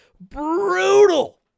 brutal